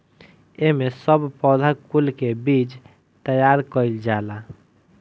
एमे सब पौधा कुल से बीज तैयार कइल जाला